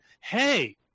hey